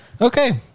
Okay